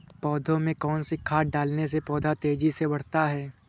पौधे में कौन सी खाद डालने से पौधा तेजी से बढ़ता है?